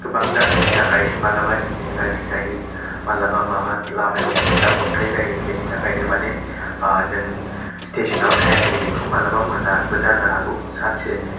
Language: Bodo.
गोबां जाहोननि थाखाय मालाबा इन्जिन गाज्रि जायो मालाबा माबा लामायाव जाब्रबथाय जायो बेनि थाखायनो मानो जों स्टेसाव टाइमलि बेखौ मालाबा मोनाबो जानो हागौ सानसे